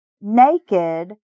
naked